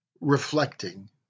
reflecting